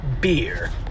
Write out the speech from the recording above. beer